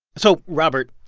so, robert,